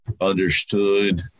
understood